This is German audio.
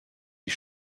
die